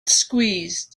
squeezed